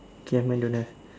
okay mine don't have